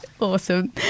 Awesome